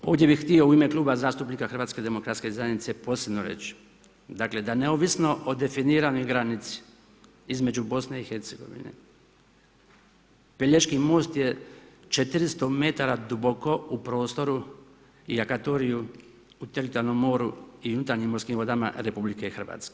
Ovdje bi htio u ime Kluba zastupnika HDZ posebno riječi, dakle da neovisno o definiranoj granici između BIH, Pelješki most je 400 m duboko u prostoru i akvatoriju u teritorijalnom moru i unutarnjim morskim morama RH.